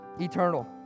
Eternal